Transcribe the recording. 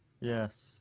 Yes